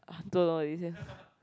ah is here